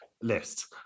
list